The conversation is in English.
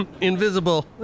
invisible